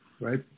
right